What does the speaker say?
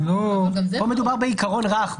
פה מדובר בעיקרון רך.